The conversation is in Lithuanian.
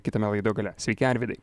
kitame laido gale sveiki arvydai